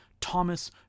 Thomas